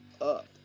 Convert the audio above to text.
up